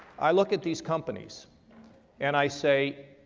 i look at these companies and i say